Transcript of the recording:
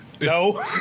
No